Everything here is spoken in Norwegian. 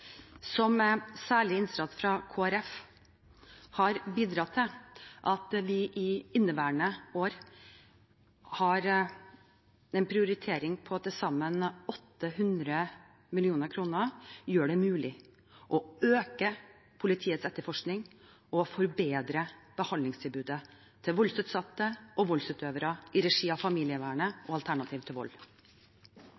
som med en særlig innsats fra Kristelig Folkeparti har bidratt til at vi i inneværende år har en prioritering på til sammen om lag 800 mill. kr, gjør det mulig å øke politiets etterforskning og å forbedre behandlingstilbudet til voldsutsatte og voldsutøvere i regi av familievernet